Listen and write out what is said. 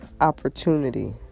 opportunity